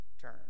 turn